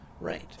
right